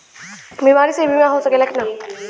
बीमारी मे बीमा हो सकेला कि ना?